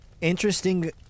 interesting